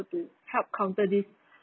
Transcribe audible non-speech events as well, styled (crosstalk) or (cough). to help counter this (breath)